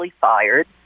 fired